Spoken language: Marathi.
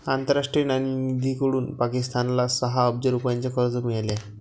आंतरराष्ट्रीय नाणेनिधीकडून पाकिस्तानला सहा अब्ज रुपयांचे कर्ज मिळाले आहे